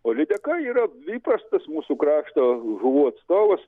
o lydeka yra įprastas mūsų krašto žuvų atstovas